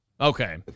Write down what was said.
Okay